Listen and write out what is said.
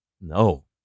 No